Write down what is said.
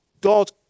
God